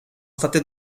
state